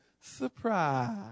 surprise